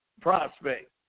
prospect